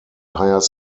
hires